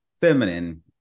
feminine